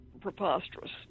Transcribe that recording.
preposterous